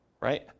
Right